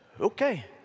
Okay